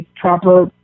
proper